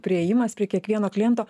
priėjimas prie kiekvieno kliento